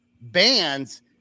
bands